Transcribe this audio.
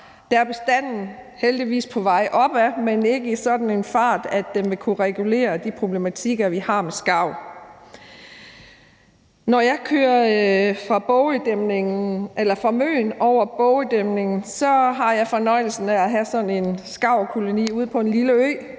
Der er bestanden heldigvis på vej opad, men ikke i sådan en fart, at den vil kunne regulere de problematikker, vi har med skarven. Når jeg kører fra Møn over Bogødæmningen, har jeg fornøjelsen af at have sådan en skarvkoloni ude på en lille ø